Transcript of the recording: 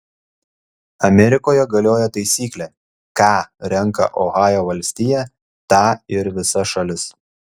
amerikoje galioja taisyklė ką renka ohajo valstija tą ir visa šalis